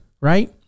right